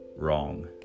Wrong